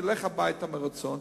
תלך הביתה מרצון,